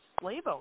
slave